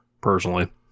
personally